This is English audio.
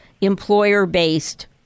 employer-based